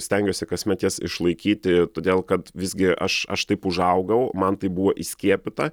stengiuosi kasmet jas išlaikyti todėl kad visgi aš aš taip užaugau man taip buvo įskiepyta